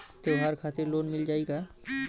त्योहार खातिर लोन मिल जाई का?